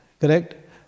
correct